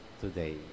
today